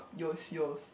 yours yours